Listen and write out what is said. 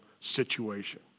situation